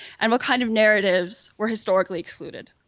and what kind of narratives were historically excluded.